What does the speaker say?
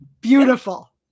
Beautiful